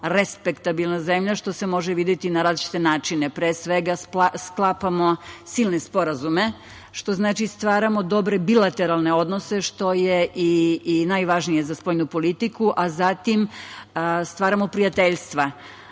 respektabilna zemlja, što se može videti na različite načine. Pre svega, sklapamo silne sporazume, što znači da stvaramo dobre bilateralne odnose, što je i najvažnije za spoljnu politiku, a zatim stvaramo prijateljstva. Da